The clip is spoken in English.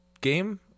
game